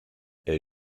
est